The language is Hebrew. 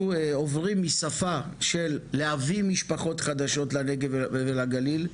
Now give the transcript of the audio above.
אנחנו עוברים משפה של להביא משפחות חדשות לנגב והגליל,